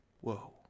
Whoa